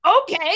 okay